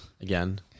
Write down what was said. Again